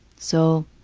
so